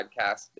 podcast